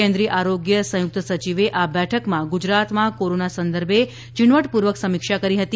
કેન્દ્રિય આરોગ્ય સંયુક્ત સચિવે આ બેઠકમાં ગુજરાતમાં કોરોના સંદર્ભે ઝીણવટપૂર્વક સમીક્ષા કરી હતી